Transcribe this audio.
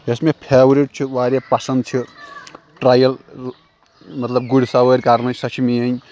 یۄس مےٚ فیورِٹ چھِ واریاہ پسنٛد چھِ ٹرایِل مطلب گُرۍ سوٲرۍ کرنِچ سۄ چھِ میٲنۍ